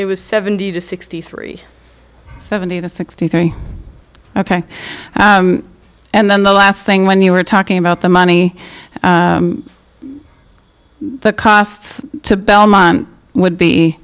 as seventy to sixty three seventy to sixty three ok and then the last thing when you were talking about the money the costs to belmont would be